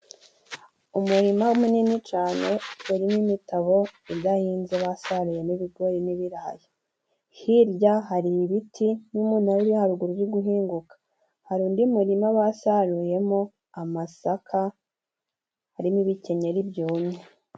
Umurima munini cane urimo imitabo idahinze basaruyemo ibigori n'ibirayi, hirya hari ibiti n'umunara uri haruguru uri guhinguka, hari undi murima basaruyemo amasaka harimo ibikenyeri byumye.